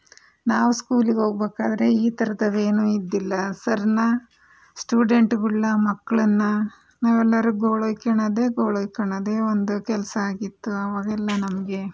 ನಾವು ಸ್ಕೂಲ್ಗೆ ಹೋಗಬೇಕಾದ್ರೆ ಈ ಥರದವೇನೂ ಇದ್ದಿಲ್ಲ ಸರ್ನ ಸ್ಟೂಡೆಂಟುಗಳನ್ನ ಮಕ್ಕಳನ್ನ ನಾವೆಲ್ಲರೂ ಗೋಳುಯ್ಕೊಳ್ಳೋದೇ ಗೋಳುಯ್ಕೊಳ್ಳೋದೇ ಒಂದು ಕೆಲಸ ಆಗಿತ್ತು ಅವಾಗೆಲ್ಲ ನಮಗೆ